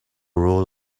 rule